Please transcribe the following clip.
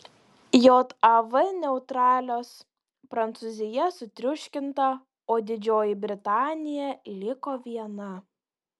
jav neutralios prancūzija sutriuškinta o didžioji britanija liko viena